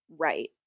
right